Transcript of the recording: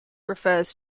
refers